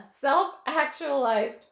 self-actualized